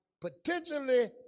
potentially